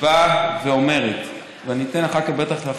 אחר כך אני אתן לחברתי.